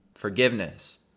Forgiveness